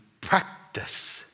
practice